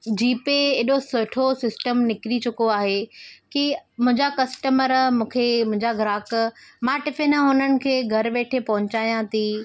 GPay एॾो सुठो system निकिरी चुको आहे की मुंहिंजा कस्टमर मूंखे मुंहिंजा ग्राहक मां टिफिन हुननि खे घरु वेठे पहुचायांती